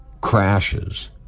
crashes